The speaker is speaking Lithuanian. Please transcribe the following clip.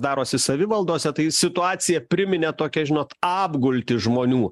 darosi savivaldose tai situacija priminė tokią žinot apgultį žmonių